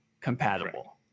compatible